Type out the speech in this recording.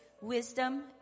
wisdom